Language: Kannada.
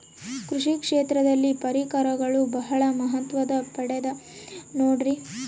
ಕೃಷಿ ಕ್ಷೇತ್ರದಲ್ಲಿ ಪರಿಕರಗಳು ಬಹಳ ಮಹತ್ವ ಪಡೆದ ನೋಡ್ರಿ?